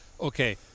okay